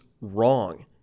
wrong